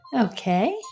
Okay